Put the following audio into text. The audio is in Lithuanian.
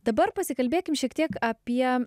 dabar pasikalbėkim šiek tiek apie